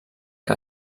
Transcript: que